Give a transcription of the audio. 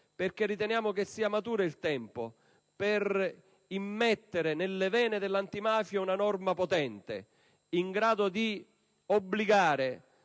perché riteniamo sia maturo il tempo per immettere nelle vene dell'antimafia una norma potente in grado di obbligare,